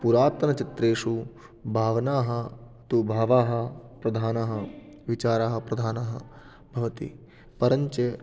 पुरातनचित्रेषु भावनाः तु भावाः प्रधानाः विचारः प्रधानः भवति परञ्च